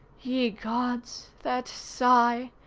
ye gods that sigh!